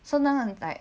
so now I'm like